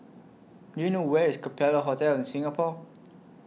Do YOU know Where IS Capella Hotel Singapore